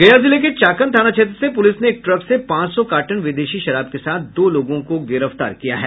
गया जिले के चाकंद थाना क्षेत्र से पुलिस ने एक ट्रक से पांच सौ कार्टन विदेशी शराब के साथ दो लोगों को गिरफ्तार किया है